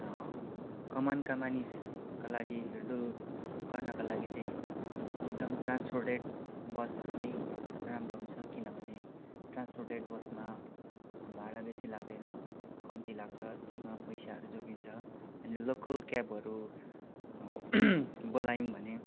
कमानका मानिसका लागि हिँढडुल गर्नाका लागि चाहिँ एकदम ट्रान्सपोर्टेड बसहरू नै राम्रो हुन्छ किनभने ट्रान्सपोर्टेड बसमा भाडा बेसी लाग्दैन कम्ती लाग्छ त्यसमा पैसाहरू जोगिन्छ अन्त लोकल क्याबहरू बोलायौँ भने